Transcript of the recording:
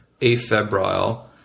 afebrile